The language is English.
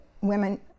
women